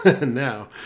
now